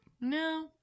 No